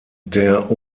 der